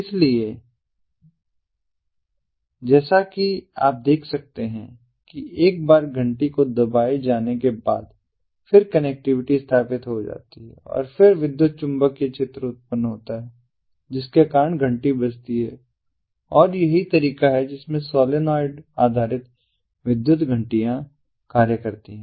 इसलिए जैसा कि आप देख सकते हैं कि एक बार घंटी को दबाए जाने के बाद फिर कनेक्टिविटी स्थापित हो जाती है और फिर विद्युत चुम्बकीय क्षेत्र उत्पन्न होता है जिसके कारण घंटी बजती है और यही वह तरीका है जिसमें सोलनॉइड आधारित विद्युत घंटियाँ कार्य करती हैं